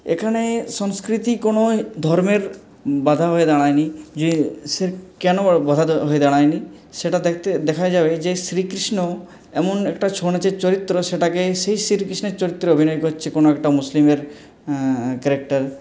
এখানে সংস্কৃতি কোনো ধর্মের বাধা হয়ে দাঁড়ায়নি যে সে কেনো বাধা হয়ে দাঁড়ায়নি সেটা দেখতে দেখা যাবে যে শ্রীকৃষ্ণ এমন একটা ছৌ নাচের চরিত্র সেটাকে সেই শ্রী শ্রীকৃষ্ণের চরিত্রে অভিনয় করছে কোনো একটা মুসলিমের ক্যারেক্টার